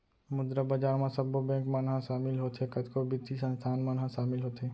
मुद्रा बजार म सब्बो बेंक मन ह सामिल होथे, कतको बित्तीय संस्थान मन ह सामिल होथे